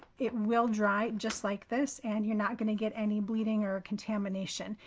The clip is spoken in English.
it will dry just like this and you're not going to get any bleeding or contamination.